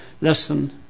listen